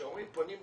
פונים לכולם.